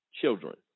children